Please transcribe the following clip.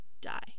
die